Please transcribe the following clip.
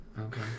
Okay